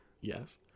Yes